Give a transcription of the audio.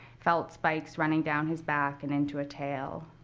felt spikes running down his back and into a tail.